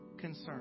concern